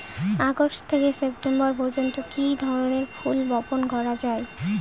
August থেকে September পর্যন্ত কি ধরনের ফুল বপন করা যায়?